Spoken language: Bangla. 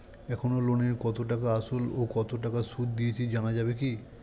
এখনো লোনের কত টাকা আসল ও কত টাকা সুদ দিয়েছি জানা যাবে কি?